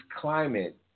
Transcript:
climate